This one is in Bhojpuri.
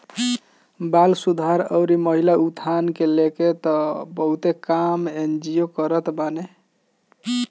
बाल सुधार अउरी महिला उत्थान के लेके तअ बहुते काम एन.जी.ओ करत बाने